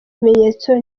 ibimenyetso